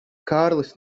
kārlis